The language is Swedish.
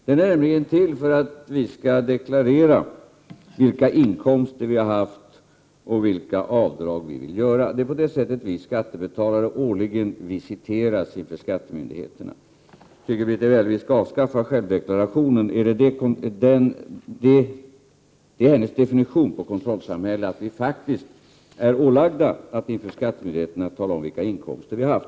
Den är nämligen till för att vi skall deklarera vilka inkomster vi har haft och vilka avdrag vi vill göra. Det är på det sättet vi skattebetalare årligen visiteras av skattemyndigheterna. Tycker Britta Bjelle vi skall avskaffa självdeklarationen? Det är hennes definition på kontrollsamhälle att vi faktiskt är ålagda att inför skattemyndigheterna tala om vilka inkomster vi har haft.